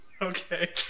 Okay